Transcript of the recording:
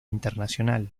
internacional